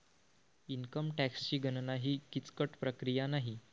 income टॅक्सची गणना ही किचकट प्रक्रिया नाही